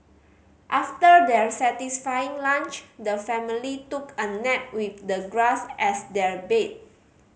after their satisfying lunch the family took a nap with the grass as their bed